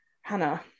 Hannah